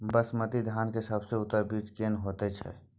बासमती धान के सबसे उन्नत बीज केना होयत छै?